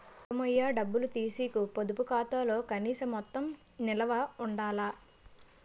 మొదలు మొయ్య డబ్బులు తీసీకు పొదుపు ఖాతాలో కనీస మొత్తం నిలవ ఉండాల